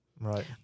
right